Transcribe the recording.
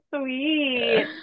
sweet